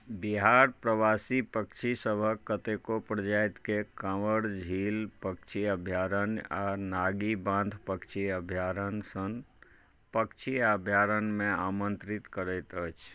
बिहार प्रवासी पक्षी सभक कतेको प्रजातिके काँवर झील पक्षी अभयारण्य आ नागी बान्ध पक्षी अभयारण्यसँ पक्षी अभयारण्यमे आमन्त्रित करैत अछि